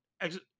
exit